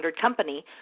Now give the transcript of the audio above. company